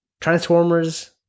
Transformers